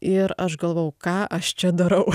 ir aš galvojau ką aš čia darau